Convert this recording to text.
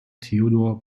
theodor